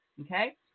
Okay